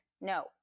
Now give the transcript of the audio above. no